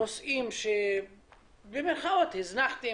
נושאים שהזנחתם,